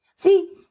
See